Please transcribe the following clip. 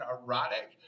erotic